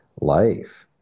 life